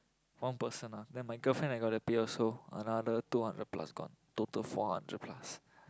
one person ah then my girlfriend I got a beer also another two hundred plus gone total four hundred plus